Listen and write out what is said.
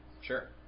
Sure